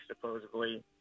supposedly